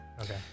Okay